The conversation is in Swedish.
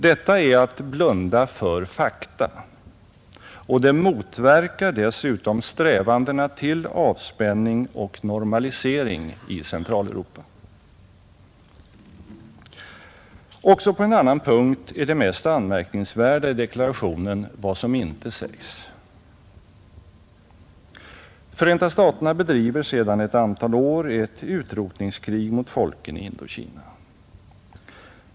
Detta är att blunda för fakta, och det motverkar dessutom strävandena mot avspänning och normalisering i Centraleuropa. Också på en annan punkt är det mest anmärkningsvärda i deklarationen vad som inte sägs. Förenta staterna bedriver sedan ett antal år ett utrotningskrig mot folken i Indokina.